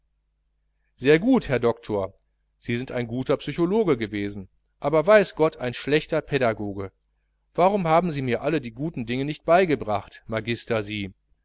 sehr gut herr doktor sie sind ein guter psychologe gewesen aber weiß gott ein schlechter pädagoge warum haben sie mir alle die guten dinge nicht beigebracht magister sie